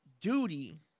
duty